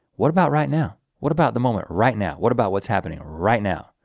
what about right now? what about the moment right now? what about what's happening right now?